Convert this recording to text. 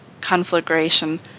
conflagration